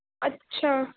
اچھا